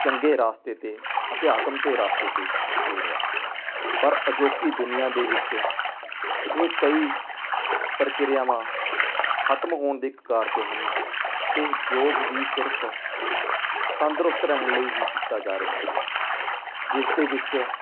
ਚੰਗੇ ਰਸਤੇ 'ਤੇ ਅਧਿਆਤਮ ਦੇ ਰਸਤੇ 'ਤੇ ਜੋੜਿਆ ਪਰ ਅਜੋਕੀ ਦੁਨੀਆਂ ਦੇ ਵਿੱਚ ਇਹ ਕਈ ਪ੍ਰਕਿਰਿਆਵਾਂ ਖਤਮ ਹੋਣ ਦੀ ਕਗਾਰ 'ਤੇ ਹਨ ਅਤੇ ਯੋਗ ਵੀ ਸਿਰਫ ਤੰਦਰੁਸਤ ਰਹਿਣ ਲਈ ਹੀ ਕੀਤਾ ਜਾ ਰਿਹਾ ਹੈ ਜਿਸ ਦੇ ਵਿੱਚ